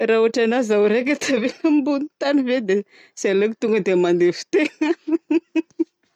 Raha ohatra anahy zaho raika tavela ambony tany ve dia tsy aleoko tonga dia mandevi- tegna.